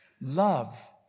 Love